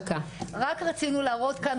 רק רצינו להראות כאן,